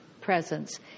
presence